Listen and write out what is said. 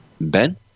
ben